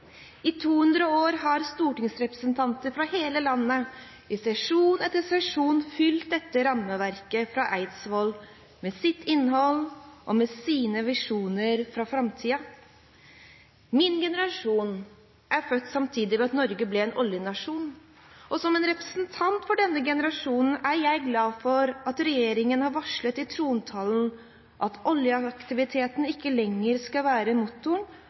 har stortingsrepresentanter fra hele landet, i sesjon etter sesjon, fylt dette rammeverket fra Eidsvoll med sitt innhold og med sine visjoner for framtiden. Min generasjon er født samtidig med at Norge ble en oljenasjon, og som en representant for denne generasjonen, er jeg glad for at regjeringen i trontalen har varslet at oljeaktiviteten ikke lenger skal være motoren